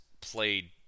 played